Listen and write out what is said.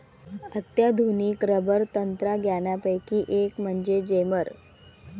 अत्याधुनिक रबर तंत्रज्ञानापैकी एक म्हणजे जेमर